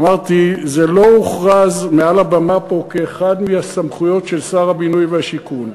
אמרתי: זה לא הוכרז מעל הבמה פה כאחת מהסמכויות של שר הבינוי והשיכון.